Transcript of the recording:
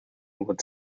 would